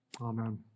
Amen